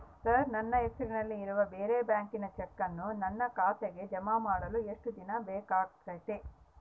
Sir ನನ್ನ ಹೆಸರಲ್ಲಿ ಇರುವ ಬೇರೆ ಬ್ಯಾಂಕಿನ ಚೆಕ್ಕನ್ನು ನನ್ನ ಖಾತೆಗೆ ಜಮಾ ಮಾಡಲು ಎಷ್ಟು ದಿನ ಬೇಕಾಗುತೈತಿ?